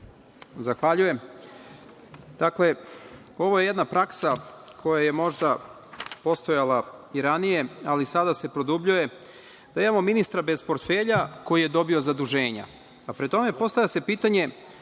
Zahvaljujem. Dakle, ovo je jedna praksa koja je možda postojala i ranije, ali sada se produbljuje. Evo ministra bez portfelja koji je dobio zaduženja, a pri tome se postavlja pitanje